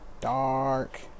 dark